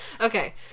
okay